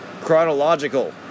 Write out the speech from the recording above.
Chronological